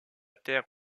terre